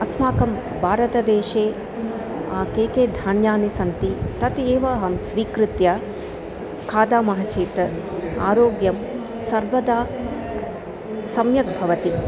अस्माकं भारतदेशे के के धान्यानि सन्ति तत् एव अहं स्वीकृत्य खादामः चेत् आरोग्यं सर्वदा सम्यग्भवति